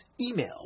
Email